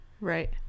Right